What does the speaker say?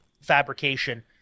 fabrication